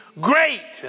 great